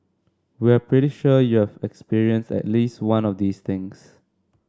we're pretty sure you've experienced at least one of these things